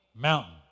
mountain